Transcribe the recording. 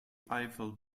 eiffel